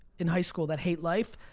in high school that hate life,